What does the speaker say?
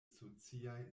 sociaj